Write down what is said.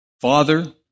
Father